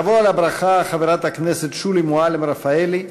תבוא על הברכה חברת הכנסת שולי מועלם-רפאלי,